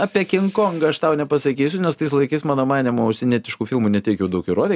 apie king kongą aš tau nepasakysiu nes tais laikais mano manymu užsienietiškų filmų ne tiek jau daug ir rodė